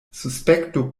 suspekto